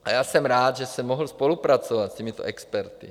A já jsem rád, že jsem mohl spolupracovat s těmito experty.